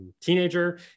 teenager